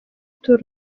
tour